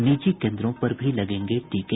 निजी केन्द्रों पर भी लगेंगे टीके